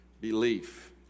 belief